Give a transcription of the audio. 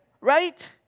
right